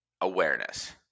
awareness